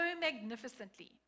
magnificently